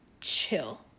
chill